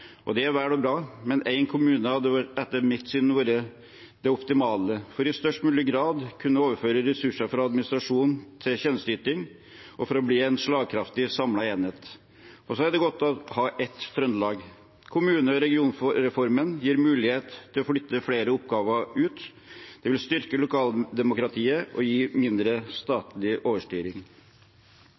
Det er vel og bra, men én kommune hadde etter mitt syn vært det optimale for i størst mulig grad å kunne overføre ressurser fra administrasjon til tjenesteyting og for å bli en slagkraftig, samlet enhet. Det er godt å ha ett Trøndelag. Kommune- og regionreformen gir mulighet til å flytte flere oppgaver ut. Den vil styrke lokaldemokratiet og gi mindre statlig overstyring.